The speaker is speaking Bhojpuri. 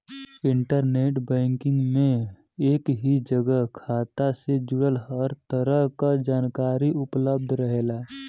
इंटरनेट बैंकिंग में एक ही जगह खाता से जुड़ल हर तरह क जानकारी उपलब्ध रहेला